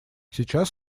сейчас